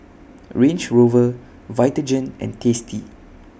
Range Rover Vitagen and tasty